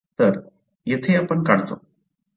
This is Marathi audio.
तर येथे आपण काढतो